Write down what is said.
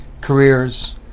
careers